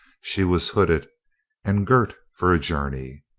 she was hooded and girt for a journey.